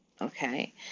Okay